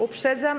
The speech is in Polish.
Uprzedzam.